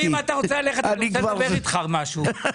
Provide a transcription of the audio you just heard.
אם אתה רוצה ללכת אז אני אדבר אתך על משהו.